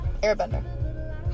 Airbender